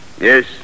Yes